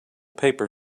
paper